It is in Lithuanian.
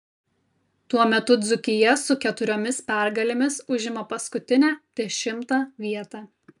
tuo metu dzūkija su keturiomis pergalėmis užima paskutinę dešimtą vietą